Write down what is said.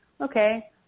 okay